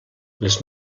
les